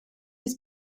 his